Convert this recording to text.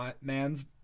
man's